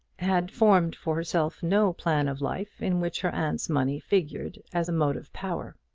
had formed for herself no plan of life in which her aunt's money figured as a motive power.